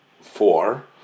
four